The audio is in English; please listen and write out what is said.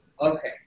Okay